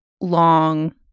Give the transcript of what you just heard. long